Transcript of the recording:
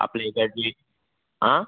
आपले इकडचे आं